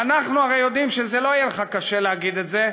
ואנחנו הרי יודעים שלא יהיה קשה לך להגיד את זה,